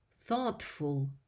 thoughtful